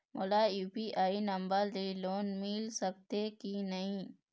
मोला UPI number ले loan मिल सकथे कि नहीं?